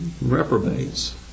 reprobates